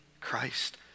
Christ